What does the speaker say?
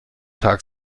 tag